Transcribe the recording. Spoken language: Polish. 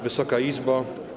Wysoka Izbo!